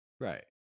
right